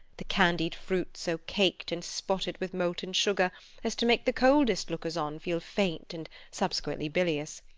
the candied fruits so caked and spotted with molten sugar as to make the coldest lookers-on feel faint and subsequently bilious.